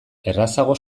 errazago